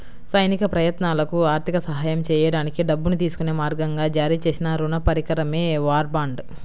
సైనిక ప్రయత్నాలకు ఆర్థిక సహాయం చేయడానికి డబ్బును తీసుకునే మార్గంగా జారీ చేసిన రుణ పరికరమే వార్ బాండ్